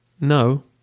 No